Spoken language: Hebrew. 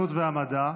החדשנות והמדע,